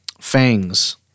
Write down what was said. fangs